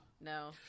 No